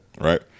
right